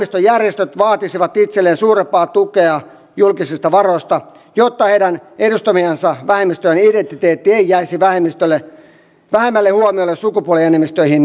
sukupuolivähemmistöjärjestöt vaatisivat itselleen suurempaa tukea julkisista varoista jotta heidän edustamiensa vähemmistöjen identiteetti ei jäisi vähemmälle huomiolle sukupuolienemmistöihin nähden